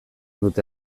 dute